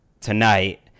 tonight